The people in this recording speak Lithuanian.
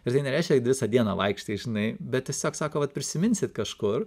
ir tai nereiškia kad visą dieną vaikštai žinai bet tiesiog sako vat prisiminsit kažkur